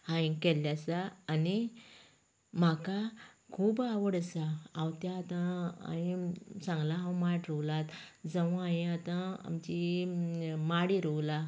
हांवेन केल्ले आसा आनी म्हाका खूब आवड आसा हांव त्या दर सांगला हांव माड रोयल्यात जांव हांवेन आता आमची माडी रोयलां